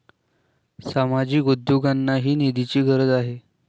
सामाजिक उद्योगांनाही निधीची गरज आहे